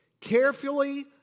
carefully